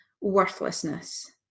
worthlessness